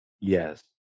Yes